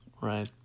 Right